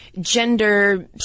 gender